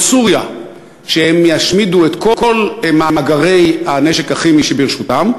סוריה שהם ישמידו את כל מאגרי הנשק הכימי שברשותם.